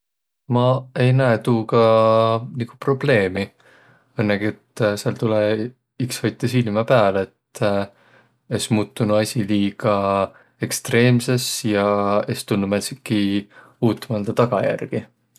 Ma ei näeq tuuga nigu probleemi, õnnõgi et sääl tulõ iks hoitaq silmä pääl, et es muutunuq asi liiga ekstreemses ja es tulnuq määntsitki uutmaldaq tagajärgi.